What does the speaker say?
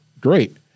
great